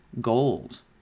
gold